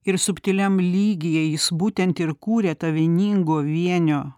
ir subtiliam lygyje jis būtent ir kūrė tą vieningo vienio